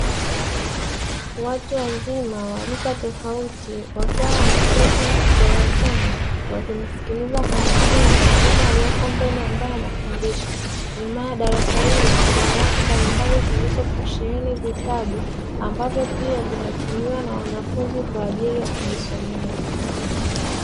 Watu wazima wa rika tofauti wakiwa wameketi darasani wakimsikiliza kwa makini mwalimu alioko mbele ambaye anafundisha, nyuma ya darasa hilo kuna rafu mbalimbali zilizo sheheni vitabu ambavyo pia vinatumiwa na wanafunzi kwa ajili ya kujisomea.